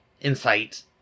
Insights